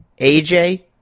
AJ